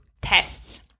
tests